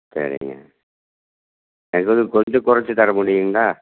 சரிங்க எங்களுக்கு கொஞ்சம் கொறைச்சி தர முடியுங்களா